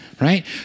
right